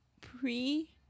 pre